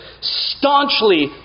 staunchly